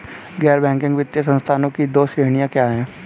गैर बैंकिंग वित्तीय संस्थानों की दो श्रेणियाँ क्या हैं?